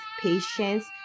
patience